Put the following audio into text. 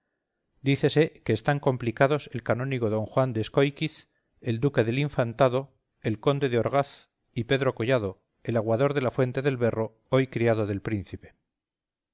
dícese que están complicados el canónigo d juan de escóiquiz el duque del infantado el conde de orgaz y pedro collado el aguador de la fuente del berro hoy criado del príncipe